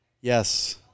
Yes